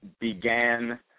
began